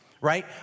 right